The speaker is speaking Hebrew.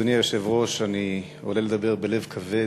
אדוני היושב-ראש, אני עולה לדבר בלב כבד.